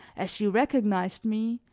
as she recognized me,